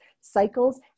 cycles